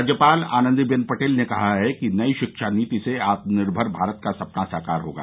राज्यपाल आनन्दीबेन पटेल ने कहा है कि नई शिक्षा नीति से आत्मनिर्भर भारत का सपना साकार होगा